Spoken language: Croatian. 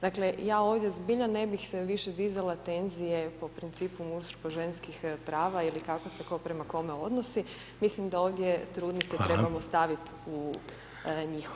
Dakle, ja ovdje zbija ne bih se više dizala tenzije po principu muško-ženskih prava ili kako se tko prema kome odnosi, mislim da ovdje trudnice [[Upadica: Hvala.]] trebamo stavit i njihove.